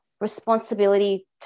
responsibility